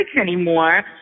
anymore